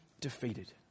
defeated